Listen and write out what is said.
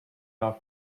are